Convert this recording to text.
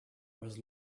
was